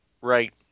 Right